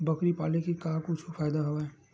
बकरी पाले ले का कुछु फ़ायदा हवय?